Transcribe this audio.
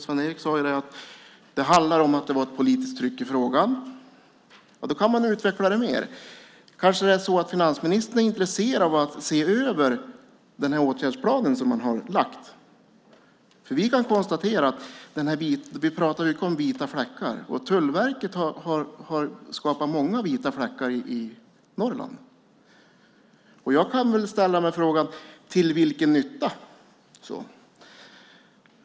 Sven-Erik sade att det handlar om ett politiskt tryck i frågan. Det kan man utveckla mer. Det kanske är så att finansministern är intresserad av att se över den åtgärdsplan som man har lagt fram. Vi pratar mycket om vita fläckar, och Tullverket har skapat många vita fläckar i Norrland. Jag ställer frågan: Till vilken nytta?